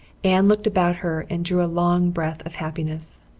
anne looked about her and drew a long breath of happiness.